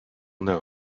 known